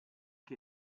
che